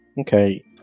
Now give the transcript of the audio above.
Okay